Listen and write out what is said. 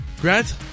Grant